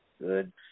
Good